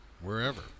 wherever